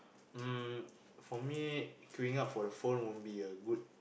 mm for me queuing up for the phone won't be a good